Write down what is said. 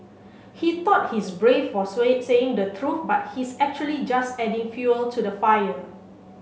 he thought he's brave for saying the truth but he's actually just adding fuel to the fire